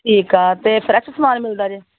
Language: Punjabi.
ਠੀਕ ਹੈ ਅਤੇ ਫਰੈਸ਼ ਸਮਾਨ ਮਿਲਦਾ ਜੇ